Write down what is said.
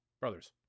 Brothers